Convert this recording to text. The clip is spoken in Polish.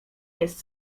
jest